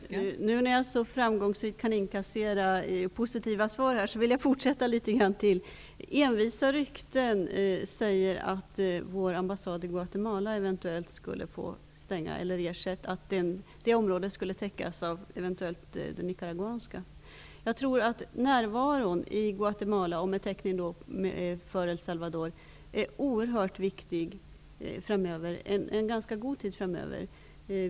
Fru talman! När jag nu så framgångsrikt kan inkassera positiva svar vill jag fortsätta litet till. Envisa rykten säger att vår ambassad i Guatemala eventuellt skulle stängas och att dess område då skulle täckas av ambassaden i Nicaragua. Närvaron i Guatemala, som också rör El Salvador, är oerhört viktig en lång tid framöver.